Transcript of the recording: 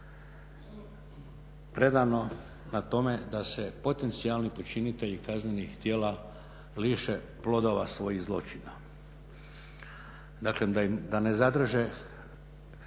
predano na tome da se potencijalni počinitelji kaznenih djela liše plodova svojih zločina. Dakle da ne zadrže